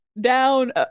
down